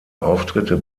auftritte